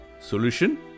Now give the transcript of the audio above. solution